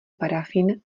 parafín